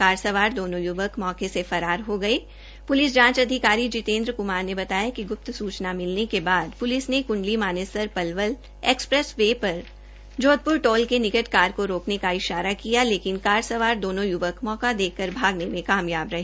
car सवार दोनो युवक मौके से फरार हो गए पुलिस जांच अधिकारी जितेन्द्र कुमार ने बताया कि गुप्त सूचना मिलने के बाद पुलिस ने कृण्डली मानेसर पलवल एक्सप्रैस वे पर जोधपुर टोल के निकट कार को रोकने का इशारा किया लेकिन कार सवार दोनो युवक मौका देखकर भागने में कामयाब रहे